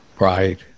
Right